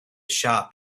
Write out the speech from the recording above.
shop